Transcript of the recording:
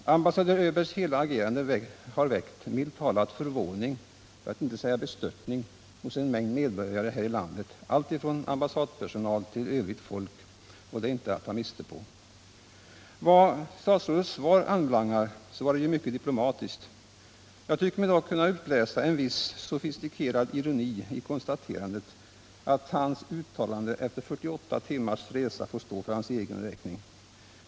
Att ambassadör Öbergs hela agerande väckt, milt talat, förvåning, för att icke säga bestörtning, hos en mängd medborgare här i landet alltifrån ambassadpersonal till övrigt folk är inte att ta miste på. Vad statsrådets svar anbelangar var det ju mycket diplomatiskt. Jag tycker mig dock kunna utläsa en viss sofistikerad ironi i konstaterandet, att ambassadörens uttalande efter 48 timmars resa får stå för hans egen räkning.